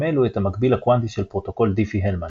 אלו את המקביל הקוונטי של פרוטוקול דיפי-הלמן.